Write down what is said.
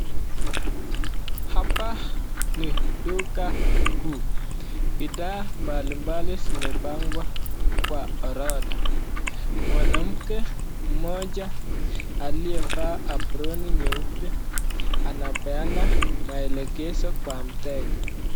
Hapa ni duka kuu, bidhaa mbalimbali zimepangwa kwa orodha mwanamke moja aliyevaa aproni nyeupe anapeana maelezo kwa mteja.